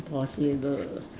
impossible